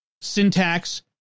syntax